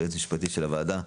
היועצת המשפטית של הוועדה,